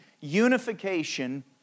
unification